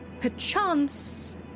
perchance